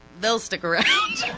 they'll stick around.